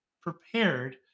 prepared